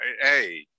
Hey